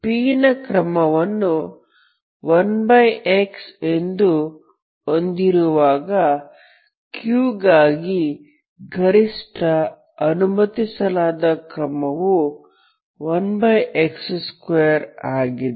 p ನ ಕ್ರಮವನ್ನು 1x ಎಂದು ಹೊಂದಿರುವಾಗ q ಗಾಗಿ ಗರಿಷ್ಠ ಅನುಮತಿಸಲಾದ ಕ್ರಮವು 1x2 ಆಗಿದೆ